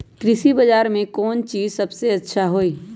कृषि बजार में कौन चीज सबसे अच्छा होई?